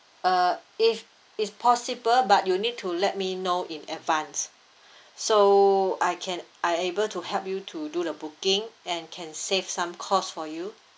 uh it's it's possible but you need to let me know in advance so I can I able to help you to do the booking and can save some cost for you